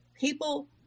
People